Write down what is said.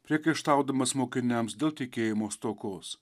priekaištaudamas mokiniams dėl tikėjimo stokos